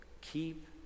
keep